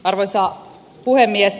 arvoisa puhemies